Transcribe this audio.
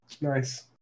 Nice